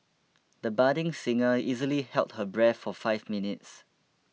the budding singer easily held her breath for five minutes